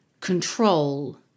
control